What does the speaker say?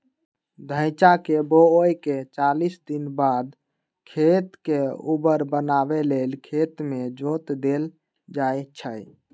धइचा के बोआइके चालीस दिनबाद खेत के उर्वर बनावे लेल खेत में जोत देल जइछइ